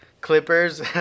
clippers